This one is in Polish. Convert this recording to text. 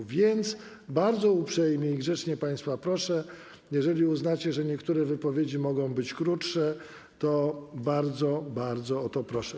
A więc bardzo uprzejmie i grzecznie państwa proszę: jeżeli uznacie, że niektóre wypowiedzi mogą być krótsze, to bardzo, bardzo o to proszę.